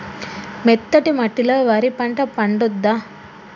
మెత్తటి మట్టిలో వరి పంట పండుద్దా?